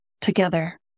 Together